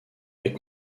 est